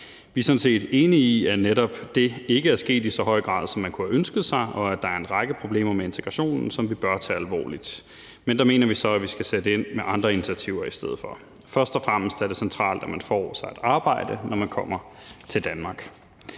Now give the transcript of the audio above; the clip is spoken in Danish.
Vi er sådan set enige i, at netop det ikke er sket i så høj grad, som man kunne have ønsket sig, og at der er en række problemer med integrationen, som vi bør tage alvorligt. Men der mener vi så, at vi skal sætte ind med andre initiativer i stedet for. Først og fremmest er det centralt, at man får sig et arbejde, når man kommer til Danmark.